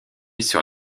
sur